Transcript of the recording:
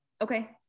Okay